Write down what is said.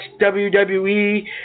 WWE